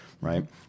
Right